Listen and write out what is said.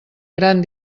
gran